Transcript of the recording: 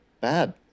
bad